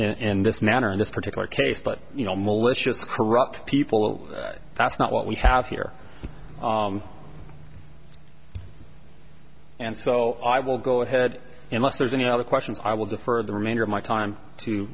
and and this manner in this particular case but you know malicious corrupt people that's not what we have here and so i will go ahead unless there's any other questions i will defer the remainder of my time to